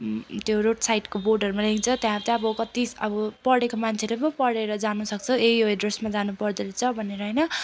त्यो रोड साइडको बोर्डहरूमा लेखिदिन्छ हुन्छ त्यहाँ त कत्ति अब पढेको मान्छेले पो पढेर जान्नुसक्छ यही यो एड्रेसमा जानुपर्दो रहेछ भनेर होइन